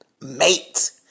mate